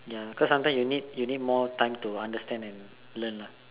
ya cause sometimes you need you need more time to understand and learn lah